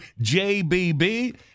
JBB